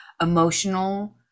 emotional